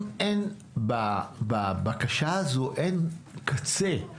בבקשה הזו אין קצה.